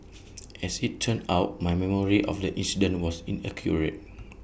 as IT turned out my memory of the incident was inaccurate